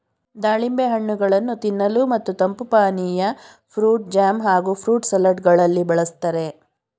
ದಾಳಿಂಬೆ ಹಣ್ಣುಗಳನ್ನು ತಿನ್ನಲು ಮತ್ತು ತಂಪು ಪಾನೀಯ, ಫ್ರೂಟ್ ಜಾಮ್ ಹಾಗೂ ಫ್ರೂಟ್ ಸಲಡ್ ಗಳಲ್ಲಿ ಬಳ್ಸತ್ತರೆ